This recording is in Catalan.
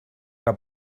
que